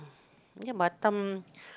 ya Batam